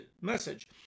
message